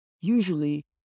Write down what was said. usually